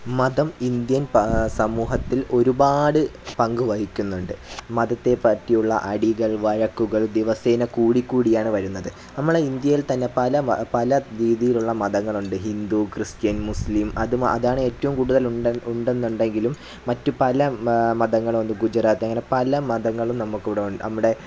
മതം ഇന്ത്യൻ സമൂഹത്തിൽ ഒരുപാട് പങ്കുവഹിക്കുന്നുണ്ട് മതത്തെ പറ്റിയുള്ള അടികൾ വഴക്കുകൾ ദിവസേന കൂടിക്കൂടിയാണ് വരുന്നത് നമ്മളുടെ ഇന്ത്യയിൽ തന്നെ പല പല രീതിയിലുള്ള മതങ്ങളുണ്ട് ഹിന്ദു ക്രിസ്ത്യൻ മുസ്ലിം അതും അതാണ് ഏറ്റവും കൂടുതൽ ഉണ്ടെ ഉണ്ടെന്നുണ്ടെങ്കിലും മറ്റു പല മതങ്ങളും ഗുജറാത്ത് അങ്ങനെ പല മതങ്ങളും നമുക്ക് ഇവിടെ ഉണ്ട് നമ്മുടെ